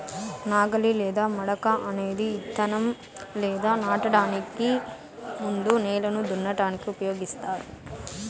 నాగలి లేదా మడక అనేది ఇత్తనం లేదా నాటడానికి ముందు నేలను దున్నటానికి ఉపయోగిస్తారు